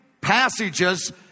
passages